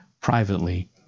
privately